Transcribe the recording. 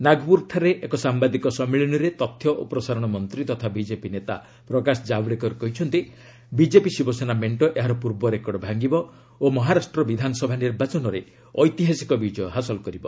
ନାଗପ୍ରରଠାରେ ଏକ ସାମ୍ଭାଦିକ ସମ୍ମିଳନୀରେ ତଥ୍ୟ ଓ ପ୍ରଶାରଣ ମନ୍ତ୍ରୀ ତଥା ବିଜେପି ନେତା ପ୍ରକାଶ କାଭଡେକର କହିଛନ୍ତି ବିଜେପି ଶିବସେନା ମେଣ୍ଟ ଏହାର ପୂର୍ବ ରେକର୍ଡ ଭାଙ୍ଗିବ ଓ ମହାରାଷ୍ଟ୍ର ବିଧାନସଭା ନିର୍ବାଚନରେ ଐତିହାସିକ ବିଜୟ ହାସଲ କରିବ